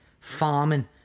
farming